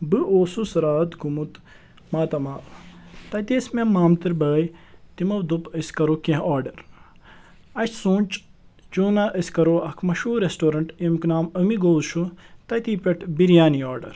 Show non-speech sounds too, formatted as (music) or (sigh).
بہٕ اوٗسُس رات گوٚمُت ماتامال تَتہِ ٲسۍ مےٚ مامتٕرۍ بھٲے تِمو دوٚپ أسۍ کَرو کیٚنٛہہ آرڈَر اسہِ سونٛچ (unintelligible) أسۍ کَرو اَکھ مشہوٗر ریٚسٹورَنٛٹ ییٚمِیُک ناو ایٚمِگوٗز چھُ تٔتی پٮ۪ٹھ بِریانی آرڈَر